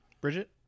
Bridget